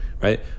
Right